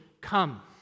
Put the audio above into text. come